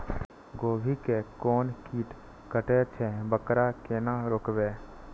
गोभी के कोन कीट कटे छे वकरा केना रोकबे?